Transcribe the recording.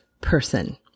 person